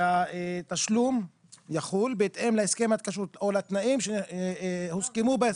שהתשלום יחול בהתאם להסכם ההתקשרות או לתנאים שהוסכמו בהסכם.